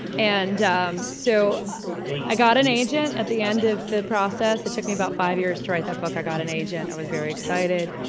and so i got an agent at the end of the process it took me about five years to write that book i got an agent i was very excited.